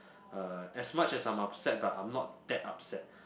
uh as much as I'm upset but I'm not that upset